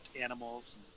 animals